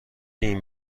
این